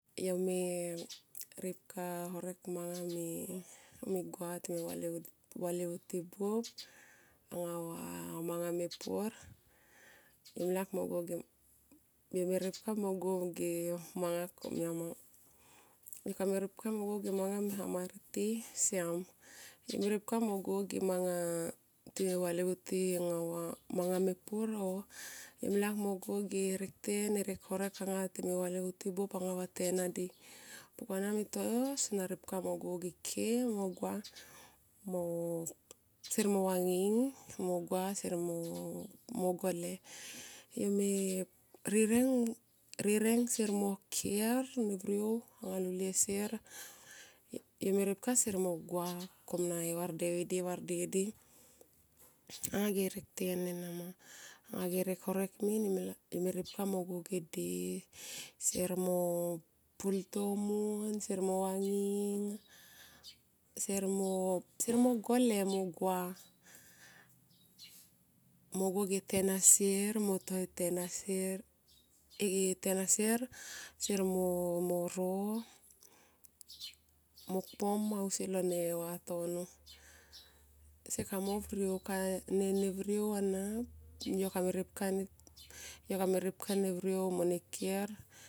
Yo me ripka horek manga me gua time valivu ti buop anga o manga me pur. Yo ripka mo go ge manga konuia ma. Yo kameripka mo go ge mang me hamar ti siam. Yome ripka mo ge manga time valivuti angava manga me pur. Yone laik mo go ge hereten. herek horek anga time valivuti buop anga va tenadi pukana me toyo sona ripka mo go ge ke mo gua mo sier mo vanging sier mo gole yome vireng sier mo ker anga lilie sier. yo me ripka sier mo gua komia na e varde vidi e vardiedi anga ge herekten nama anga ge herek horek min yo me ripkamo go ge di. Sier mo pul tonum, sier mo vanging sier mo gole mo gua mo go ge e tena sier mo to e tena sier sier mono mo tom ausi lo vatono sie kamo rviou kain ne rviou ana yo kame ripkani. Yo kame ripka ne rviou moneker.